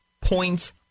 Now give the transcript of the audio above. points